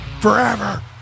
forever